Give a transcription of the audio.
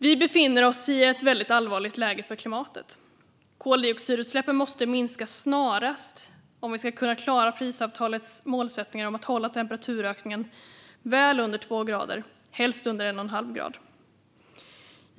Vi befinner oss i ett väldigt allvarligt läge för klimatet. Koldioxidutsläppen måste minska snarast om vi ska kunna klara Parisavtalets målsättningar om att hålla temperaturökningen väl under två grader, helst under en och en halv grad.